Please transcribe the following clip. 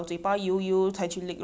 all the fish oil lah